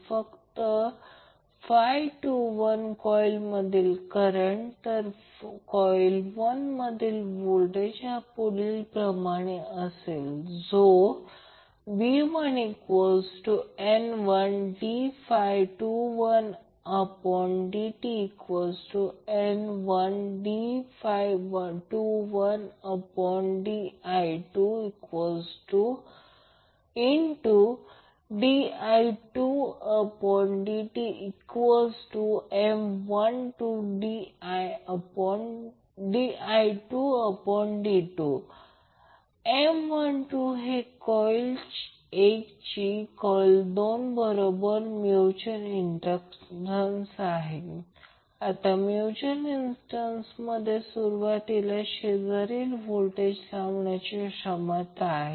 फक्त 21 कॉइल 1 मधील करंट तर कॉइल 1 मधील व्होल्टेज हा v1N1d21dtN1d21di2di2dtM12di2dt M12 हे कॉइल 1 ची कॉइल 2 सोबत म्यूच्यूअल इन्ड़टन्स आहे आता म्यूच्यूअल इन्ड़टन्स एका सुरुवातीला शेजारी व्होल्टेज लावण्याची क्षमता आहे